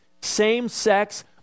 same-sex